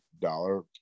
dollar